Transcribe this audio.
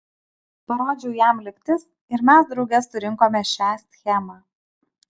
parodžiau jam lygtis ir mes drauge surinkome šią schemą